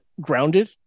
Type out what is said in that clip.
grounded